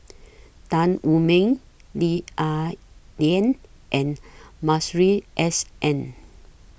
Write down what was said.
Tan Wu Meng Lee Ah Lian and Masuri S N